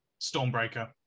Stormbreaker